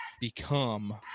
become